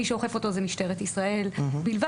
מי שאוכף אותו זה משטרת ישראל בלבד,